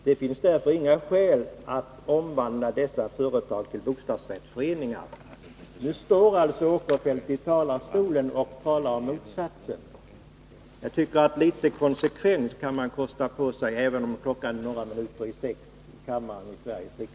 Det finns därför inga skäl för att omvandla dessa företag till bostadsrättsföreningar.” Nu står Sven Eric Åkerfeldt i talarstolen och talar om motsatsen. Litet konsekvens kan man väl kosta på sig i kammaren i Sveriges riksdag, även om klockan är några minuter i 18.